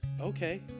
okay